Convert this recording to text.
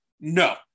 No